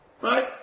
right